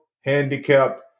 handicapped